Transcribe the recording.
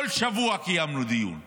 כל שבוע קיימנו דיון בנושא,